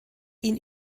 ihn